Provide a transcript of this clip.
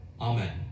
Amen